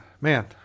man